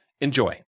Enjoy